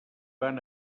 van